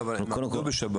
לא, אבל הם עבדו בשבת.